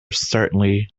certainly